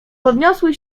podniosły